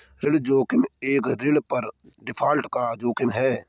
ऋण जोखिम एक ऋण पर डिफ़ॉल्ट का जोखिम है